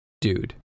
Dude